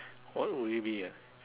what would it be ah